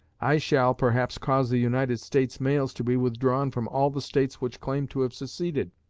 i shall, perhaps, cause the united states mails to be withdrawn from all the states which claim to have seceded,